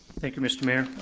thank you, mr. mayor.